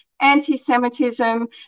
anti-Semitism